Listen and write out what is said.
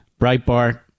Breitbart